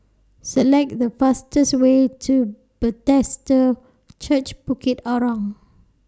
Select The fastest Way to Bethesda Church Bukit Arang